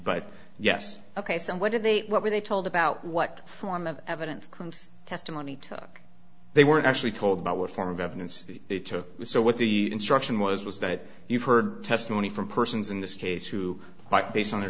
but yes ok so what did they what were they told about what form of evidence comes testimony took they weren't actually told about what form of evidence they took so what the instruction was was that you've heard testimony from persons in this case who might based on their